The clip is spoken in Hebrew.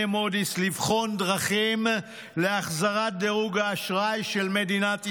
מודי'ס לבחון דרכים להחזרת דירוג האשראי של מדינת ישראל.